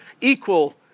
equal